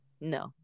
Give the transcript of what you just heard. No